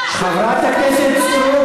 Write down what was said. חברת הכנסת סטרוק,